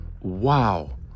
Wow